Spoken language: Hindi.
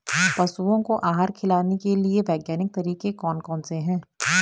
पशुओं को आहार खिलाने के लिए वैज्ञानिक तरीके कौन कौन से हैं?